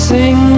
Sing